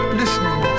listening